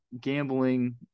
gambling